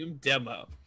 demo